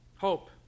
hope